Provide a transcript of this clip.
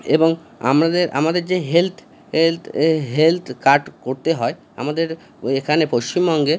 এবং আমাদের আমাদের যে হেল্থ হেল্থ এ হেল্থ কার্ড করতে হয় আমাদের এখানে পশ্চিমবঙ্গে